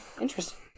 interesting